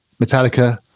Metallica